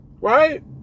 right